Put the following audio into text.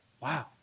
Wow